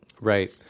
right